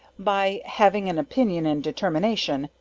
by having an opinion and determination,